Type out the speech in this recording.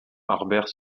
harbert